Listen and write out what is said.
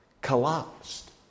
collapsed